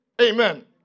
Amen